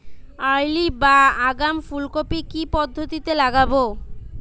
Early বা আগাম ফুল কপি কি পদ্ধতিতে লাগাবো?